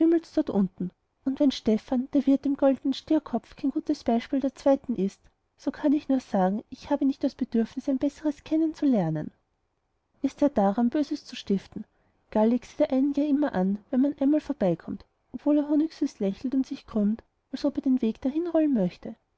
dort unten und wenn stephan der wirt im goldenen stierkopf kein gutes beispiel der zweiten ist so kann ich nur sagen ich habe nicht das bedürfnis ein besseres kennen zu lernen ist er daran böses zu stiften gallig sieht er einen ja immer an wenn man einmal vorbeikommt obwohl er honigsüß lächelt und sich krümmt als ob er den weg dahinrollen möchte